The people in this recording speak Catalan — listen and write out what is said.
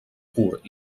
curt